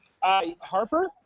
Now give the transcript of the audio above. Harper